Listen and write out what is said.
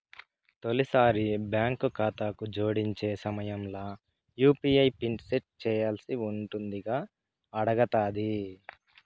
తొలిసారి బాంకు కాతాను జోడించే సమయంల యూ.పీ.ఐ పిన్ సెట్ చేయ్యాల్సిందింగా అడగతాది